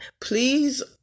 please